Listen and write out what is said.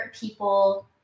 people